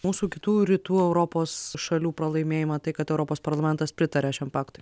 mūsų kitų rytų europos šalių pralaimėjimą tai kad europos parlamentas pritaria šiam paktui